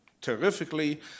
terrifically